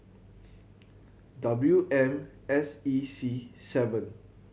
W M S E C seven